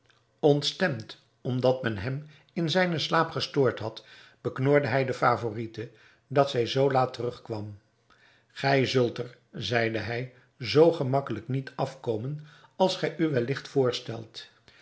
ontstemd omdat men hem in zijnen slaap gestoord had beknorde hij de favorite dat zij zoo laat terugkwam gij zult er zeide hij zoo gemakkelijk niet afkomen als gij u welligt voorstelt